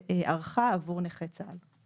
שערכה עבור נכה צה"ל.